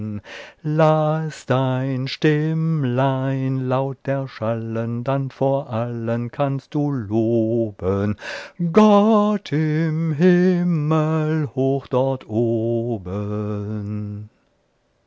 laut erschallen dann vor allen kannst du loben gott im himmel hoch dort oben